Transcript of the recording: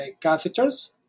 catheters